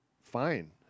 fine